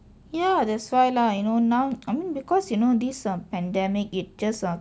ya that's why lah you know now I mean because you know this ah pandemic it just uh